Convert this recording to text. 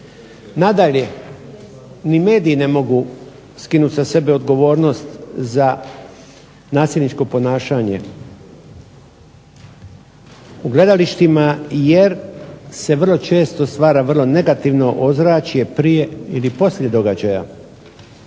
Nadalje, ni mediji ne mogu skinuti sa sebe odgovornost za nasilničko ponašanje u gledalištima jer se vrlo često stvara vrlo negativno ozračje prije ili poslije događaja.